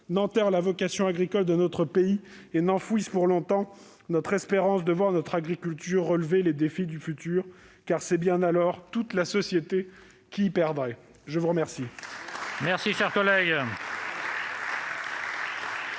n'enterre la vocation agricole de notre pays et n'enfouisse pour longtemps l'espérance de voir notre agriculture relever les défis du futur. C'est alors toute la société qui y perdrait. La parole